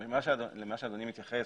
אדוני מתייחס